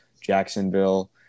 Jacksonville